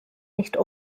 nicht